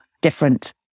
different